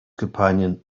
companion